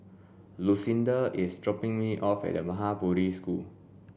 Lucinda is dropping me off at Maha Bodhi School